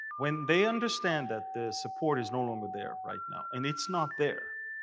when they understand that the support is no longer there right now and it's not there.